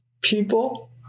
people